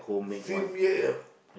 same year